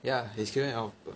ya it's killing a lot of people